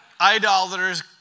idolaters